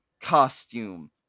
costume